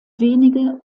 wenige